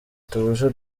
tubuze